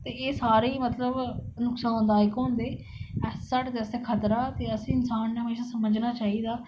ते एह् सारे मतलब नुक्सान दायक होंदे ऐसा साढ़े आस्तै खतरा असें इसांन ने हमेशा समझना चाहिदा